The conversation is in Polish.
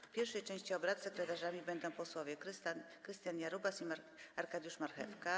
W pierwszej części obrad sekretarzami będą posłowie Krystian Jarubas i Arkadiusz Marchewka.